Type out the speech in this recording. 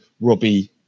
Robbie